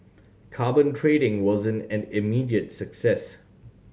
carbon trading wasn't an immediate success